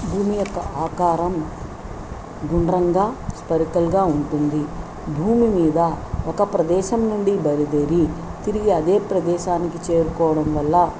భూమి యొక్క ఆకారం గుండ్రంగా స్పరికల్గా ఉంటుంది భూమి మీద ఒక ప్రదేశం నుండి బయలుదేరి తిరిగి అదే ప్రదేశానికి చేరుకోవడం వల్ల